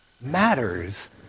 matters